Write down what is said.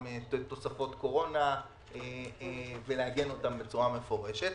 תוספות קורונה ולעגן אותן בצורה מפורשת.